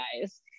guys